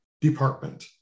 department